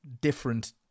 different